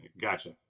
Gotcha